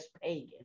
pagan